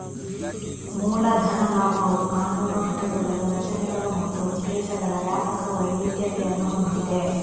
ಮೂಲ ಧನ ಲಾಭವು ಕಾನೂನು ಘಟಕಗಳು, ರಚನೆಗಳು ಮತ್ತು ಉದ್ದೇಶಗಳ ವ್ಯಾಪಕ ವೈವಿಧ್ಯತೆಯನ್ನು ಹೊಂದಿದೆ